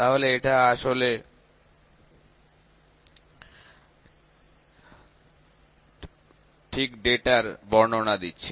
তাহলে এটা আসলে তথ্যের বর্ণনা দিচ্ছে